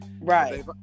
right